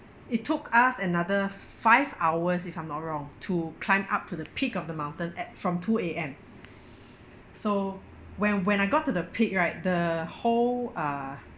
it took us another five hours if I'm not wrong to climb up to the peak of the mountain at from two A_M so when when I got to the peak right the whole uh